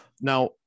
Now